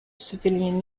civilian